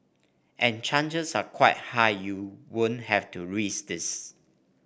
and chances are quite high you won't have to rise this